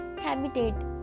Habitat